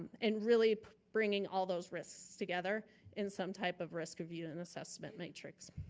and really bringing all those risks together in some type of risk review and assessment metrics.